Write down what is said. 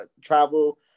travel